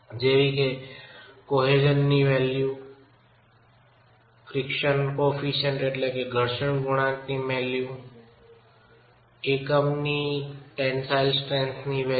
જેવી કે કોહેસન મૂલ્ય ઘર્ષણ ગુણાંકનું મૂલ્ય એકમની તાણ શક્તિનું મૂલ્ય